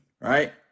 right